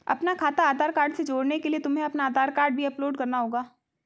अपना खाता आधार कार्ड से जोड़ने के लिए तुम्हें अपना आधार कार्ड भी अपलोड करना होगा